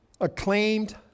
Acclaimed